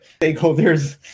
stakeholders